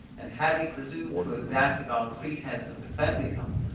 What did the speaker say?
and had he presumed to exact it on pretense of defending them,